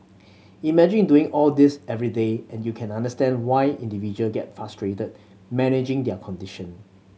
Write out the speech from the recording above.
imagine doing all this every day and you can understand why individual get frustrated managing their condition